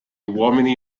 uomini